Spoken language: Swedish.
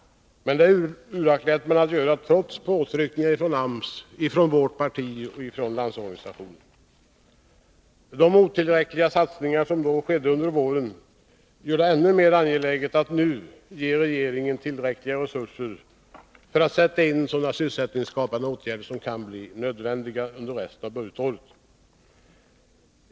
Det har den inte gjort trots påtryckningar från AMS, vårt parti och Landsorganisationen. De otillräckliga satsningar som gjordes under våren gör det ännu mera angeläget att nu ge regeringen tillräckliga resurser, så att den kan sätta in sysselsättningsskapande åtgärder som kan bli nödvändiga under resten av budgetåret.